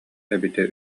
эбитэ